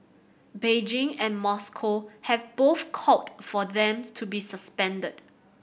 Beijing and Moscow have both called for them to be suspended